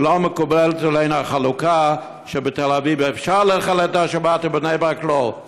כי לא מקובלת עלינו החלוקה שבתל אביב אפשר לחלל את השבת ובבני ברק לא.